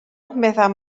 meddai